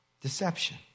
Deception